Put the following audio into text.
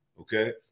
Okay